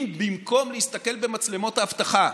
אם במקום להסתכל במצלמות האבטחה,